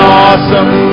awesome